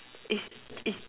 is is